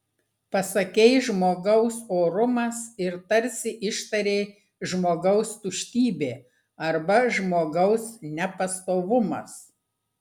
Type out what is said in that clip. pasakei žmogaus orumas ir tarsi ištarei žmogaus tuštybė arba žmogaus nepastovumas